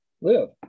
live